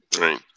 right